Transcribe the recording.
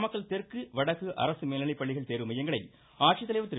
நாமக்கல் தெற்கு வடக்கு அரசு மேல்நிலைப்பள்ளி தேர்வு மையங்களை ஆட்சித்தலைவர் திரு